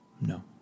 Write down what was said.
No